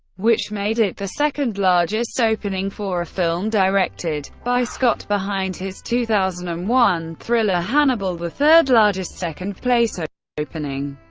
which made it the second largest opening for a film directed by scott behind his two thousand and one thriller hannibal, the third largest second-place ah opening,